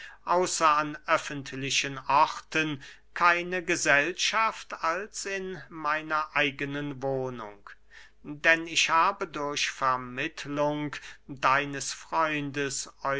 außer an öffentlichen orten keine gesellschaft als in meiner eigenen wohnung denn ich habe durch vermittlung deines freundes